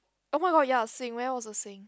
oh-my-god ya sink where was the sink